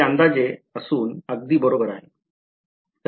ते अंदाजे असून अगदी बरोबर आहे